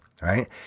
Right